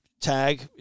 tag